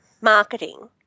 marketing